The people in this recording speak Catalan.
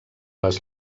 les